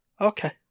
Okay